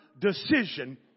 decision